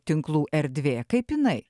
tinklų erdvė kaip jinai